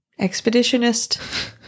Expeditionist